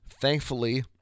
Thankfully